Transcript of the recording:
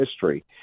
history